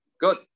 Good